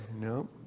No